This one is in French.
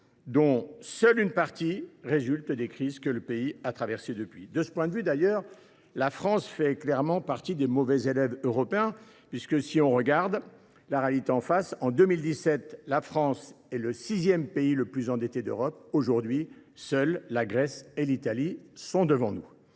dont seule une partie résulte des crises que le pays a traversées. De ce point de vue, la France fait clairement partie des mauvais élèves européens. Regardons la réalité en face : en 2017, la France était le sixième pays le plus endetté de la zone euro alors qu’aujourd’hui, seules la Grèce et l’Italie sont devant nous.